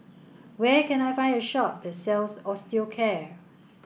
where can I find a shop that sells Osteocare